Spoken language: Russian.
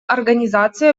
организации